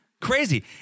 Crazy